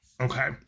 Okay